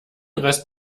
rest